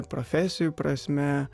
profesijų prasme